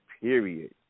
period